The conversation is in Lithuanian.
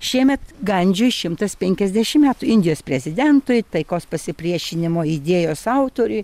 šiemet gandžiui šimtas penkiasdešimt metų indijos prezidentui taikos pasipriešinimo idėjos autoriui